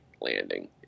landing